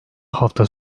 hafta